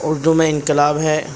اردو میں انقلاب ہے